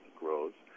grows